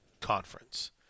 conference